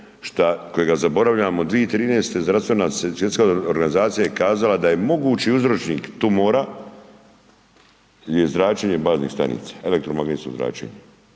kojega zaboravljamo 2013. zdravstvena svjetska organizacija je kazala da je mogući uzročnik tumora jel je zračenje baznih stanica, elektromagnetsko zračenje.